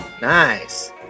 nice